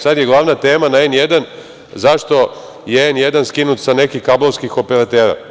Sada je glavna tema na „N1“ zašto je „N1“ skinuta sa nekih kablovskih operatera.